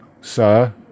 sir